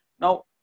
now